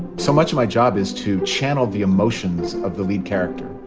so much of my job is to channel the emotions of the lead character.